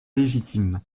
légitime